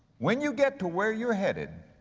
when you get to where you're headed,